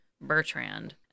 Bertrand